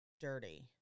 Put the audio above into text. dirty